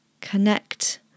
connect